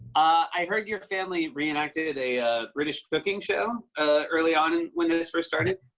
i heard your family re-enacted a british cooking show early on and when this first started?